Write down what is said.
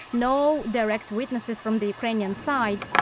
no direct witnesses from the ukrainian side,